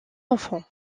enfants